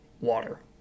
water